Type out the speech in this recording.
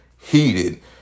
Heated